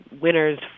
winners